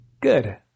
good